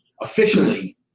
officially